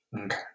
okay